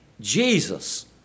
Jesus